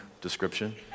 description